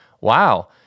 wow